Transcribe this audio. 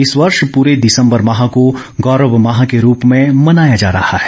इस वर्ष पूरे दिसंबर माह को गौरव माह के रूप में मनाया जा रहा है